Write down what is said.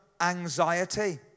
anxiety